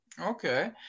Okay